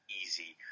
easy